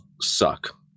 suck